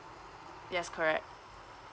yes correct